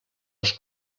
als